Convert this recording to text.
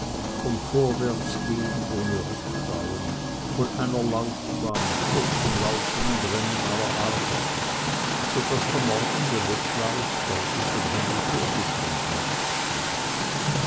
vom vorwärtsgehen ohne rückschauen von einer laufbahn kurz vom laufen und rennen aller art so daß der morgende wettlauf deutlich vom himmel vorgeschrieben schien